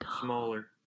Smaller